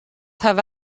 hawwe